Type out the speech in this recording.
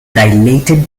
dilated